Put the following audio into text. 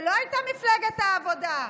כשלא הייתה מפלגת העבודה,